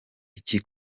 iyi